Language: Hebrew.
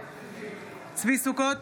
נגד צבי ידידיה סוכות,